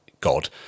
God –